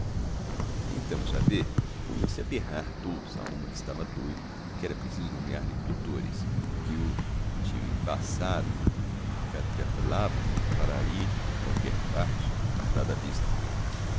então já vê punham se a berrar todos á uma que estava doido que era preciso nomear lhe tutôres que o tinham embaçado e catrafilavam no para ahi em qualquer parte guardado á vista